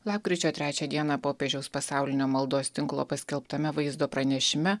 lapkričio trečią dieną popiežiaus pasaulinio maldos tinklo paskelbtame vaizdo pranešime